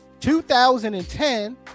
2010